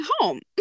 home